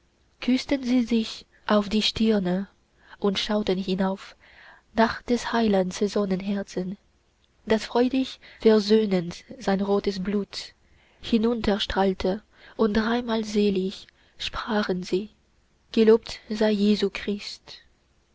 küßten sie sich auf die stirne und schauten hinauf nach des heilands sonnenherzen das freudig versöhnend sein rotes blut hinunterstrahlte und dreimalselig sprachen sie gelobt sei